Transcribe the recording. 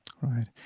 Right